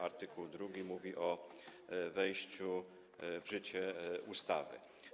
Artykuł drugi mówi o wejściu w życie ustawy.